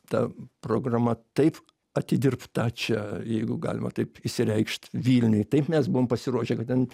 ta programa taip atidirbta čia jeigu galima taip išsireikšt vilniuj taip mes buvom pasiruošę kad ten